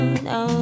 no